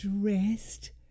dressed